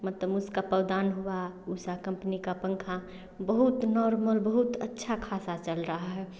मतलब उसका पावदान हुआ उषा कम्पनी का पंखा बहुत नॉर्मल बहुत अच्छा ख़ासा चल रहा है